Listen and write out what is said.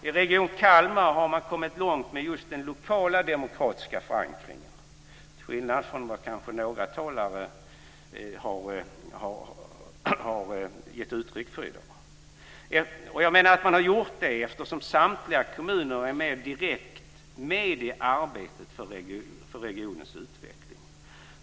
I Region Kalmar har man kommit långt med just den lokala demokratiska förankringen, till skillnad från vad några talare har gett uttryck för i dag. Jag menar att man har gjort det, eftersom samtliga kommuner mer direkt är med i arbetet för regionens utveckling.